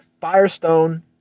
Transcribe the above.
Firestone